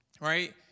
Right